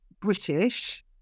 British